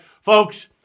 Folks